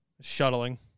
shuttling